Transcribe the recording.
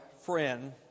friend